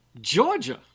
Georgia